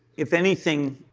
if anything,